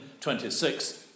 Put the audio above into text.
26